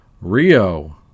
Rio